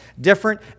different